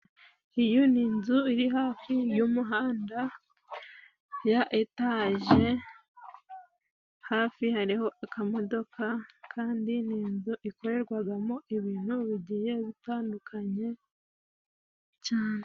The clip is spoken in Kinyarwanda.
Iyi ni inzu iri hafi y'umuhanda ya etaje, hafi hari akamodoka, kandi ni inzu ikorerwamo ibintu bigiye bitandukanye cyane.